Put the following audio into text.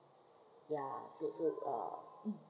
ya so so uh um